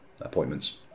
appointments